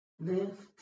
lift